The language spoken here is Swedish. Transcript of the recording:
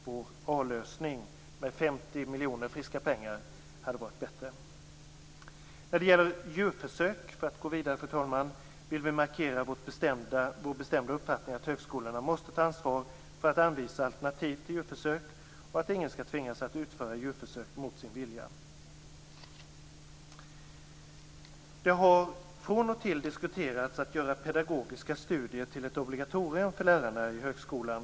Vår A-lösning, med 50 friska miljoner, hade varit bättre. För att gå vidare, fru talman, vill vi markera vår bestämda uppfattning att högskolorna måste ta ansvar för att anvisa alternativ till djurförsök och att ingen skall tvingas att utföra djurförsök mot sin vilja. Det har från och till diskuterats att göra pedagogiska studier till ett obligatorium för lärarna i högskolan.